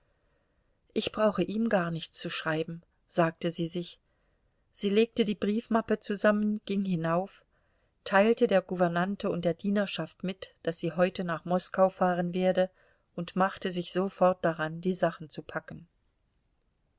ich brauche ihm gar nichts zu schreiben sagte sie sich sie legte die briefmappe zusammen ging hinauf teilte der gouvernante und der dienerschaft mit daß sie heute nach moskau fahren werde und machte sich sofort daran die sachen zu packen